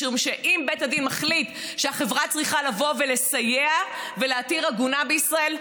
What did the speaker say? משום שאם בית הדין מחליט שהחברה צריכה לבוא ולסייע ולהתיר עגונה בישראל,